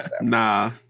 Nah